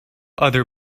other